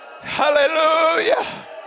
Hallelujah